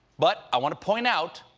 but i want to point out,